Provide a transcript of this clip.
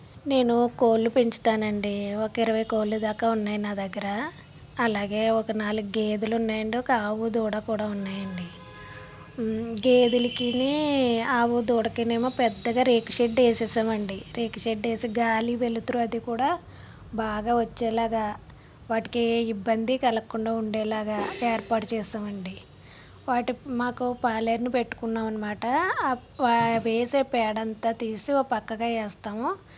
నేను కోళ్ళు పెంచుతానండి ఒక ఇరవై కోళ్ళు దాకా ఉన్నాయి నా దగ్గర అలాగే ఒక నాలుగు గేదెలు ఉన్నాయండి ఒక ఆవు దూడ కూడా ఉన్నాయండి గేదెలకీని ఆవు దూడకి ఏమో పెద్దగా రేకు షెడ్ ఏసేసామండి రేకు షెడ్ వేసి గాలి వెలుతురు అది కూడా బాగా వచ్చేలాగా వాటికి ఏ ఇబ్బంది కలగకుండా ఉండేలాగా ఏర్పాటు చేస్తామండి వాటి మాకు పాలేరు పెట్టుకున్నాం అనమాట అవి వేసే పేడంత తీసి ఓ పక్కగా వేస్తాము